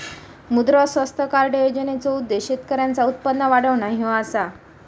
मुद्रा स्वास्थ्य कार्ड योजनेचो उद्देश्य शेतकऱ्यांचा उत्पन्न वाढवणा ह्यो असा